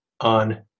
on